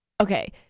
okay